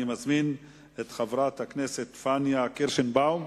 אני מזמין את חברת הכנסת פניה קירשנבאום,